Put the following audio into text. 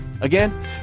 Again